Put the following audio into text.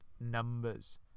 numbers